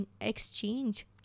exchange